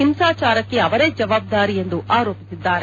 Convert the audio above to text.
ಹಿಂಗಾಚಾರಕ್ಕೆ ಅವರೇ ಜವಾಬ್ದಾರಿ ಎಂದು ಆರೋಪಿಸಿದ್ದಾರೆ